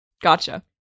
Gotcha